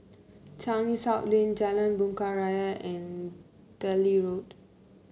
Changi South Lane Jalan Bunga Raya and Delhi Road